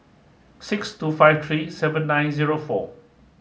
six two five three seven nine zero four